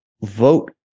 vote